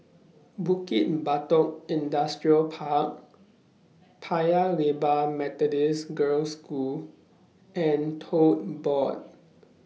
Bukit Batok Industrial Park Paya Lebar Methodist Girls' School and Tote Board